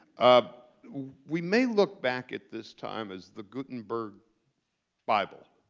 ah we may look back at this time as the gutenberg bible.